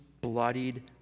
bloodied